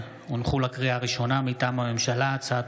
הצעות חוק לדיון מוקדם, החל בהצעת